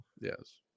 Yes